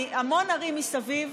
מהמון ערים מסביב,